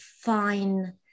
fine